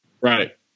Right